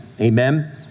Amen